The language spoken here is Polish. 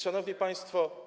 Szanowni Państwo!